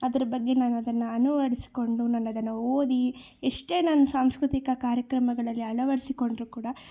ಅದರ ಬಗ್ಗೆ ನಾನದನ್ನು ಅಳವಡಿಸ್ಕೊಂಡು ನಾನದನ್ನು ಓದಿ ಎಷ್ಟೇ ನಾನು ಸಾಂಸ್ಕೃತಿಕ ಕಾರ್ಯಕ್ರಮಗಳಲ್ಲಿ ಅಳವಡಿಸಿಕೊಂಡ್ರು ಕೂಡ